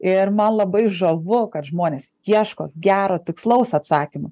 ir man labai žavu kad žmonės ieško gero tikslaus atsakymo